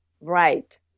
Right